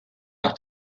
nach